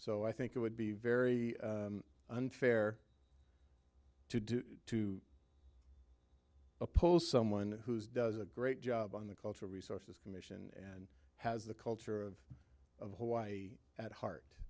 so i think it would be very unfair to do to oppose someone who's does a great job on the cultural resources commission and has the culture of of hawaii at